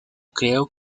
creo